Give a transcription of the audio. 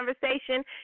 conversation